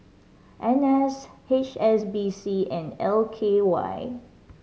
N S H S B C and L K Y